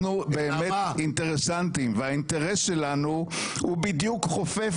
אנחנו באמת אינטרסנטים והאינטרס שלנו הוא בדיוק חופף